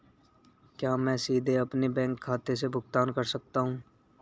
क्या मैं सीधे अपने बैंक खाते से भुगतान कर सकता हूं?